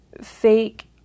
fake